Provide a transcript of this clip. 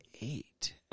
eight